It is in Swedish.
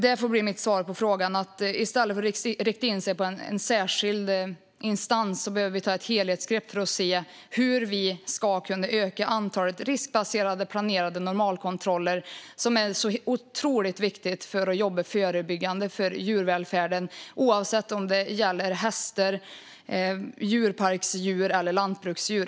Det får bli mitt svar på frågan: I stället för att rikta in sig på en särskild instans behöver vi ta ett helhetsgrepp för att se hur vi ska kunna öka antalet riskbaserade planerade normalkontroller, något som är otroligt viktigt för att jobba förebyggande för djurvälfärden oavsett om det gäller hästar, djurparksdjur eller lantbruksdjur.